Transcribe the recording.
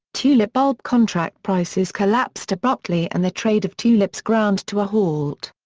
tulip bulb contract prices collapsed abruptly and the trade of tulips ground to a halt.